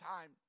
time